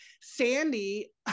Sandy